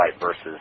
versus